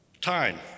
Time